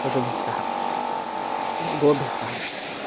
पशुभिस्सह नाम गोभिस्सह अर्थात्